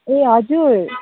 ए हजुर